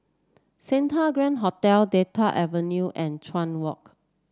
Santa Grand Hotel Delta Avenue and Chuan Walk